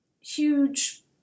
huge